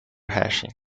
hashing